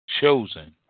Chosen